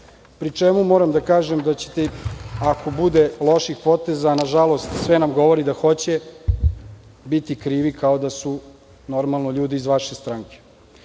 Pri čemu, moram da kažem da ćete, ako bude loših poteza, a nažalost, sve nam govori da hoće, biti krivi kao da su, normalno, ljudi iz vaše stranke. Rekli